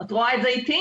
את רואה את זה אתי?